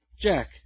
Jack